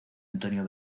antonio